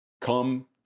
come